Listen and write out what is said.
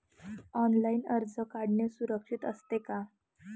Online कर्ज काढणे सुरक्षित असते का?